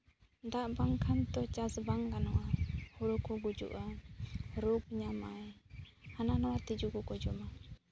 ᱫᱟᱜ ᱵᱟᱝᱠᱷᱟᱱ ᱫᱚ ᱪᱟᱥ ᱵᱟᱝ ᱜᱟᱱᱚᱜᱼᱟ ᱦᱳᱲᱳ ᱠᱚ ᱜᱩᱡᱩᱜᱼᱟ ᱨᱳᱜᱽ ᱧᱟᱢᱟᱭ ᱦᱟᱱᱟ ᱱᱚᱣᱟ ᱛᱤᱡᱩ ᱠᱚᱠᱚ ᱡᱚᱢᱟ